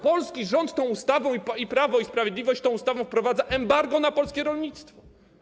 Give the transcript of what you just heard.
Polski rząd tą ustawą i Prawo i Sprawiedliwość tą ustawą wprowadza embargo na polskie rolnictwo.